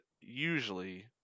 usually